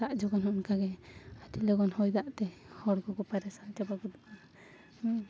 ᱫᱟᱜ ᱡᱚᱠᱷᱚᱱ ᱦᱚᱸ ᱚᱱᱠᱟ ᱜᱮ ᱟᱹᱰᱤ ᱞᱚᱜᱚᱱ ᱦᱚᱭ ᱫᱟᱜ ᱛᱮ ᱦᱚᱲ ᱠᱚᱠᱚ ᱯᱟᱨᱮᱥᱟ ᱪᱟᱵᱟ ᱠᱚᱫᱚ ᱦᱮᱸ